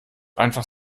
einfach